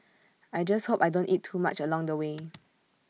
I just hope I don't eat too much along the way